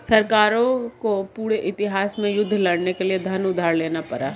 सरकारों को पूरे इतिहास में युद्ध लड़ने के लिए धन उधार लेना पड़ा है